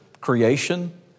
creation